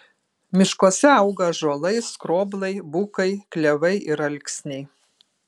miškuose auga ąžuolai skroblai bukai klevai ir alksniai